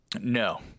No